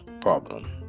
problem